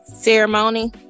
ceremony